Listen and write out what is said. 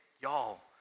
Y'all